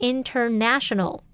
International